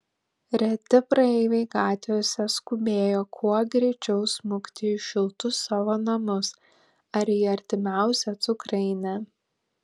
reti praeiviai gatvėse skubėjo kuo greičiau smukti į šiltus savo namus ar į artimiausią cukrainę